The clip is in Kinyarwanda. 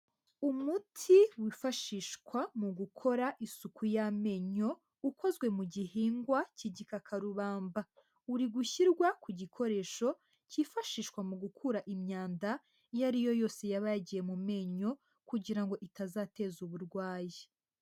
Umuti wifashishwa mu gukora isuku y'amenyo, ukozwe mu gihingwa cy'igikakarubamba, uri gushyirwa ku gikoresho kifashishwa mu gukura imyanda iyo ari yo yose yaba yagiye mu menyo; kugira ngo itazateza uburwayi.